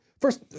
First